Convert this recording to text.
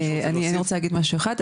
אני רוצה להגיד משהו אחד,